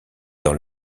dans